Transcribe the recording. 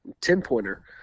ten-pointer